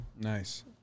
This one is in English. Nice